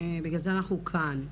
בגלל זה אנחנו כאן.